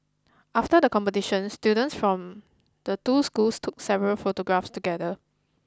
after the competition students from the two schools took several photographs together